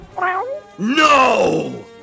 No